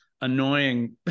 annoying